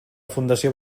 fundació